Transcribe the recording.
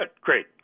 Great